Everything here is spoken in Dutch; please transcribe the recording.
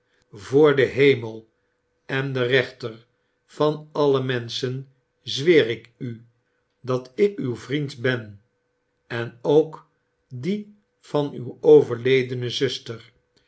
voor den hemel en den kechter van alle menschen zweer ik u dat ik uw vriend ben en ook die van uw overledene zuster